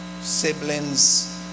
siblings